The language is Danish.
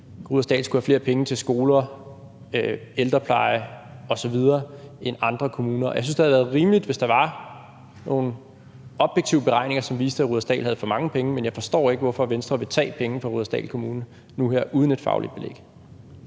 Rudersdal skulle have flere penge til skoler, ældrepleje osv. end andre kommuner. Jeg synes, det havde været rimeligt, hvis der var nogle objektive beregninger, som viste, at Rudersdal havde for mange penge, men jeg forstår ikke, hvorfor Venstre vil tage penge fra Rudersdal Kommune nu her uden et fagligt belæg.